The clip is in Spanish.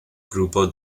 grupo